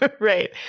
right